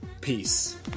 Peace